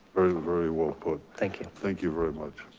very well put. thank you. thank you very much.